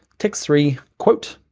text three quote.